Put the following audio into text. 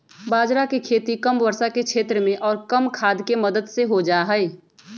बाजरा के खेती कम वर्षा के क्षेत्र में और कम खाद के मदद से हो जाहई